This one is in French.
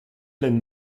plaine